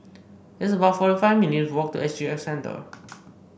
it's about forty five minutes' walk to S G X Centre